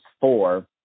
four